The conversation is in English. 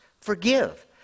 forgive